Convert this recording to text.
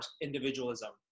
individualism